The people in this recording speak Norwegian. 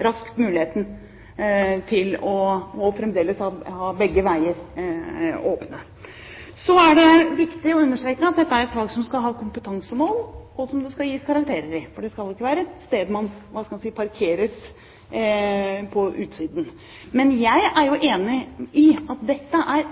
raskt får muligheten til fremdeles å ha begge veier åpne. Så er det viktig å understreke at dette er et fag som skal ha kompetansemål, og som det skal gis karakterer i, for det skal ikke være et sted man parkeres på utsiden. Men jeg er jo enig i at dette er